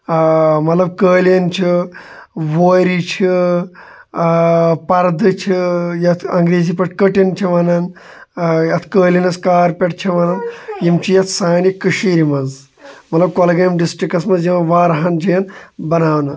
آ مطلب قٲلیٖن چھِ وورِ چھِ آ پَردٕ چھِ یَتھ اَنٛگریزی پٲٹھۍ کٔٹن چھِ وَنان یَتھ قٲلیٖنَس کارپیٹ چھِ وَنان یِم چھِ یَتھ سانہِ کٔشیٖر منٛز مطلب کۄلگامۍ ڈِسٹرکٹس منٛز یِوان واریاہن جاین بَناونہٕ